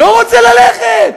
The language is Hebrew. לא רוצה ללכת.